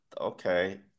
okay